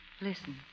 Listen